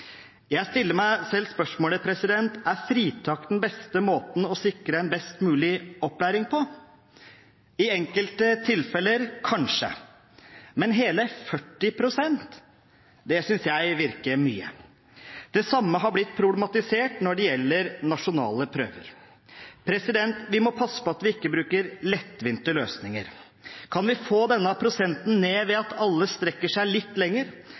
Jeg stiller meg selv spørsmålet: Er fritak den beste måten å sikre en best mulig opplæring på? I enkelte tilfeller kanskje, men hele 40 pst., det syns jeg virker mye. Det samme har blitt problematisert når det gjelder nasjonale prøver. Vi må passe på at vi ikke bruker lettvinte løsninger. Kan vi få denne prosenten ned ved at alle strekker seg litt lenger,